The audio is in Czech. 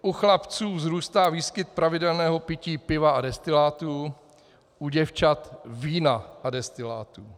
U chlapců vzrůstá výskyt pravidelného pití piva a destilátů, u děvčat vína a destilátů.